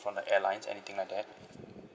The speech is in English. from the airlines anything like that